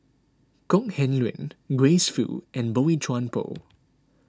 Kok Heng Leun Grace Fu and Boey Chuan Poh